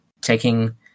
taking